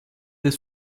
des